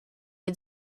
had